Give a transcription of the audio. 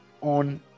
on